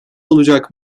olacak